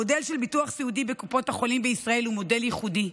המודל של ביטוח סיעודי בקופות החולים בישראל הוא מודל ייחודי.